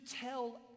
tell